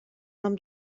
nom